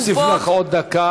אני אוסיף לך עוד דקה